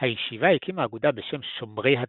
הישיבה הקימה אגודה בשם "שומרי התורה"